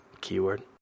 keyword